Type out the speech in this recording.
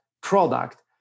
product